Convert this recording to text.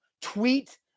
tweet